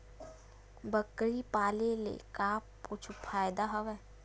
बकरी पाले ले का कुछु फ़ायदा हवय?